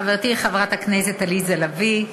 חברתי חברת הכנסת עליזה לביא,